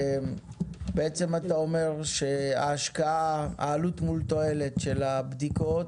בעצם אתה אומר שהעלות מול התועלת של הבדיקות